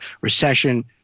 recession